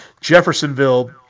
Jeffersonville